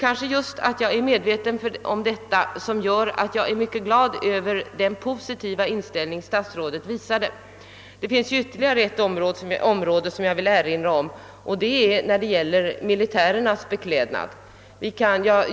Kanske är det just därför jag är så glad över den positiva inställning statsrådet visat. Jag vill emellertid erinra om ytterligare ett område, nämligen militärens beklädnad.